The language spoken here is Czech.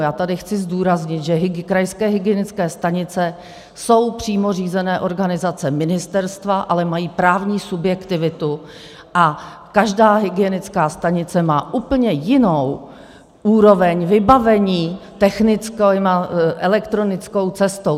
Já tady chci zdůraznit, že krajské hygienické stanice jsou přímo řízené organizace ministerstva, ale mají právní subjektivitu a každá hygienická stanice má úplně jinou úroveň vybavení technickou a elektronickou cestou.